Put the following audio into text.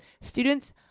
students